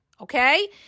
okay